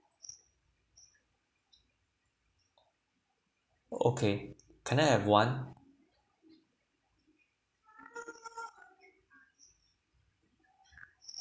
okay can I have one